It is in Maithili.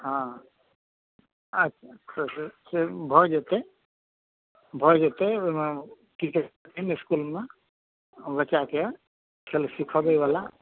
हँ अच्छा से तऽ से भऽ जेतै भऽ जेतै ओहिमे की करथिन इसकूलमे बच्चाके खेल सिखबै बला